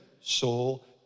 soul